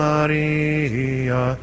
Maria